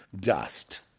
dust